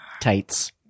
tights